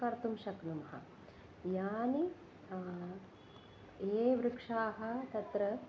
कर्तुं शक्नुमः यानि ये वृक्षाः तत्र